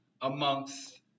amongst